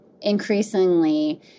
increasingly